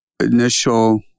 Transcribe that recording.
initial